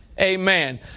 Amen